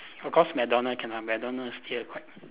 of course McDonald cannot McDonald still quite